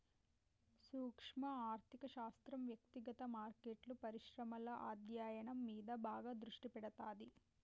సూక్శ్మ ఆర్థిక శాస్త్రం వ్యక్తిగత మార్కెట్లు, పరిశ్రమల అధ్యయనం మీద బాగా దృష్టి పెడతాది